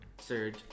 Surge